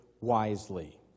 wisely